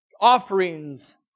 offerings